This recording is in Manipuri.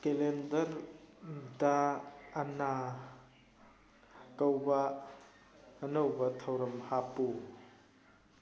ꯀꯦꯂꯦꯟꯗꯔ ꯗ ꯑꯟꯅꯥ ꯀꯧꯕ ꯑꯅꯧꯕ ꯊꯧꯔꯝ ꯍꯥꯞꯄꯨ